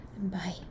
Bye